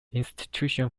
institution